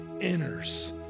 enters